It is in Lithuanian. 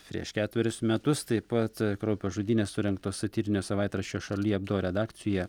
prieš ketverius metus taip pat kraupios žudynės surengtos satyrinio savaitraščio šaly abdo redakcioje